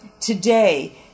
today